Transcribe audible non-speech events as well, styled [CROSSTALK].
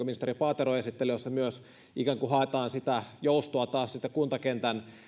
[UNINTELLIGIBLE] ministeri paatero on esittelemässä ja jossa myös ikään kuin haetaan sitä joustoa taas sitten kuntakentän